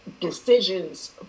decisions